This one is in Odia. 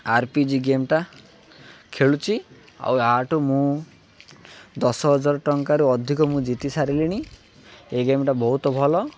ଆର୍ ପି ଜି ଗେମ୍ଟା ଖେଳୁଛି ଆଉ ୟାଠୁ ମୁଁ ଦଶ ହଜାର ଟଙ୍କାରୁ ଅଧିକ ମୁଁ ଜିତି ସାରିଲିଣି ଏଇ ଗେମ୍ଟା ବହୁତ ଭଲ